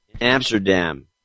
Amsterdam